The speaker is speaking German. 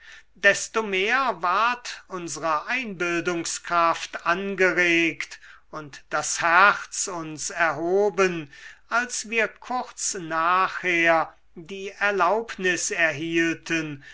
desto mehr ward unsere einbildungskraft angeregt und das herz uns erhoben als wir kurz nachher die erlaubnis erhielten